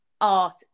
art